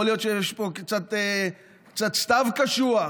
יכול להיות שיש פה קצת סתיו קשוח,